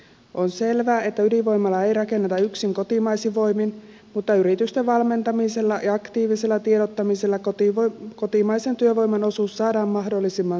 on selvää että ydinvoimalaa ei rakenneta yksin kotimaisin voimin mutta yritysten valmentamisella ja aktiivisella tiedottamisella kotimaisen työvoiman osuus saadaan mahdollisimman suureksi